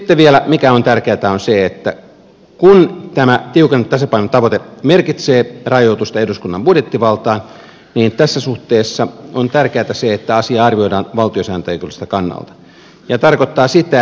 sitten vielä mikä on tärkeätä on se että kun tämä tiukentunut tasapainotavoite merkitsee rajoitusta eduskunnan budjettivaltaan niin tässä suhteessa on tärkeätä se että asiaa arvioidaan valtiosääntöoikeudelliselta kannalta